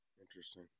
Interesting